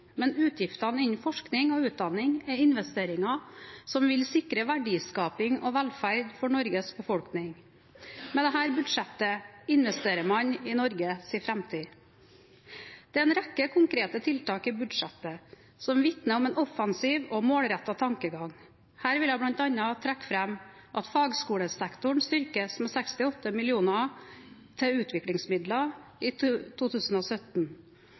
men utgiftene innen forskning og utdanning er investeringer som vil sikre verdiskaping og velferd for Norges befolkning. Med dette budsjettet investerer man i Norges framtid. Det er en rekke konkrete tiltak i budsjettet som vitner om en offensiv og målrettet tankegang. Her vil jeg bl.a. trekke fram at fagskolesektoren styrkes med 68 mill. kr til utviklingsmidler i 2017,